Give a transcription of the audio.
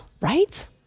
right